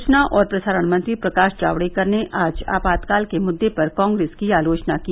सूचना और प्रसारण मंत्री प्रकाश जावड़ेकर ने आज आपातकाल के मुद्दे पर कांग्रेस की आलोचना की